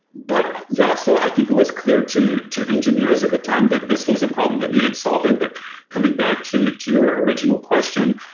but, yeah. so, i think it was clear to to engineers at the time that this was a problem that needed solving. but coming back to to your original question,